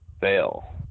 Fail